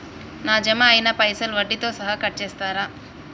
నా జమ అయినా పైసల్ వడ్డీతో సహా కట్ చేస్తరా?